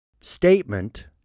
statement